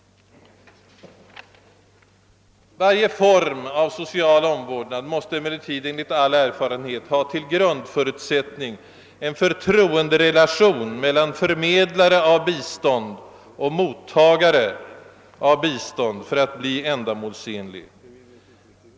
| Varje form av social omvårdnad måste emellertid enligt all erfarenhet ha till grundförutsättning en förtroenderelation mellan förmedlare av bistånd och mottagare av bistånd för att bli framgångsrik.